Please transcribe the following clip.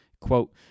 Quote